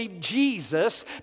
Jesus